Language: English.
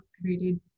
created